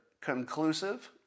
conclusive